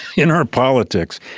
in our politics,